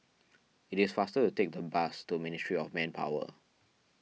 it is faster to take the bus to Ministry of Manpower